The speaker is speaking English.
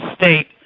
state